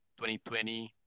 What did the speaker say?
2020